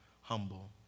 humble